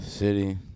City